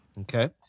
Okay